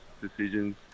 decisions